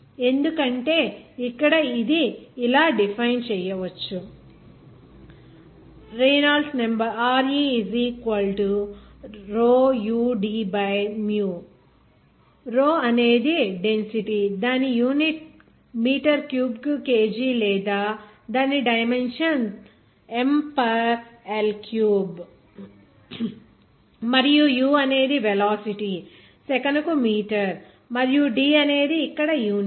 ఎందుకంటే ఇక్కడఇది ఇలా డిఫైన్ చేయవచ్చు Rou అనేది డెన్సిటీ దాని యూనిట్ మీటర్ క్యూబ్కు kg లేదా దాని డైమెన్షన్ M పర్ L3 మరియు u అనేది వెలాసిటీ సెకనుకు మీటర్ మరియు d అనేది ఇక్కడ యూనిట్